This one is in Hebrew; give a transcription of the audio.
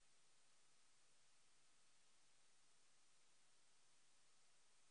בוקר טוב לכולם, כאן בכנסת ומי שהצטרף אלינו